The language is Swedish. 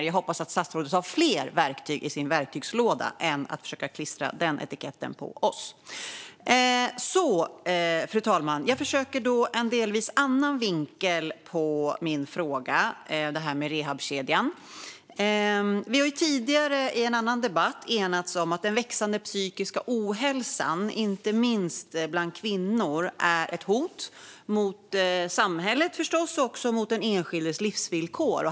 Jag hoppas att statsrådet har fler verktyg i sin verktygslåda än att försöka klistra den etiketten på oss. Fru talman! Jag ska försöka med en delvis annan vinkel på min fråga om rehabkedjan. Vi har i en annan debatt enats om att den växande psykiska ohälsan, inte minst bland kvinnor, är ett hot mot samhället och mot den enskildes livsvillkor.